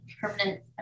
permanent